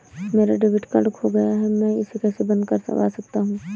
मेरा debit card खो गया है मैं इसे कैसे बंद करवा सकता हूँ?